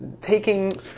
taking